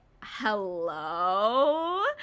hello